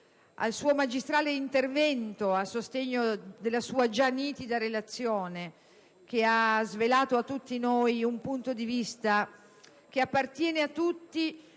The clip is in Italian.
al suo magistrale intervento a sostegno della sua già nitida relazione, che ha svelato un punto di vista che appartiene a tutti,